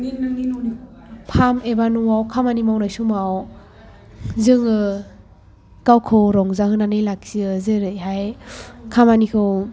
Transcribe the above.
farm एबा न'आव खामानि मावनाय समाव जोङो गावखौ रंजाहोनानै लाखियो जेरैहाय खामानिखौ